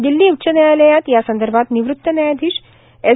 दिल्ली उच्च व्यायालयात या संदर्भात निवृत्त व्यायाधीश एस